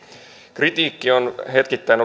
kritiikki on hetkittäin